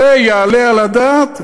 זה יעלה על הדעת?